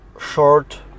short